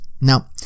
now